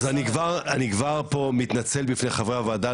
אז אני כבר פה מתנצל בפני חבריי הוועדה,